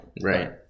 right